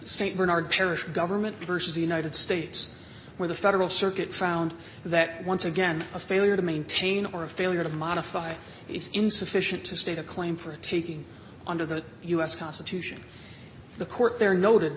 st bernard parish government versus the united states where the federal circuit found that once again a failure to maintain or a failure to modify is insufficient to state a claim for taking under the us constitution the court there noted